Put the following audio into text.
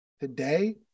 today